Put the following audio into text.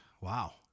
Wow